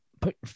put